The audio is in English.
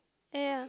ya